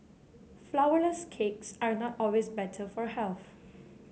flourless cakes are not always better for health